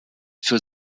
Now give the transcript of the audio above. für